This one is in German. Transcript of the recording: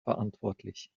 verantwortlich